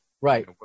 right